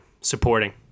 Supporting